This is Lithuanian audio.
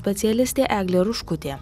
specialistė eglė ruškutė